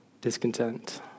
discontent